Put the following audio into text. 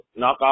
knockoff